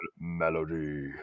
melody